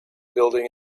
building